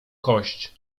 kość